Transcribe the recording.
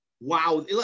wow